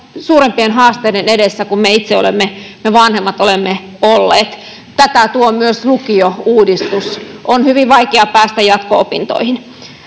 suurempien haasteiden edessä kuin me vanhemmat itse olemme olleet. Tätä tuo myös lukiouudistus. On hyvin vaikea päästä jatko-opintoihin.